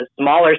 smaller